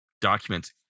documents